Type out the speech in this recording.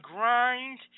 Grind